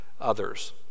others